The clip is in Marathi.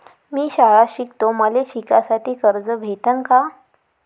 मी शाळा शिकतो, मले शिकासाठी कर्ज भेटन का?